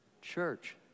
church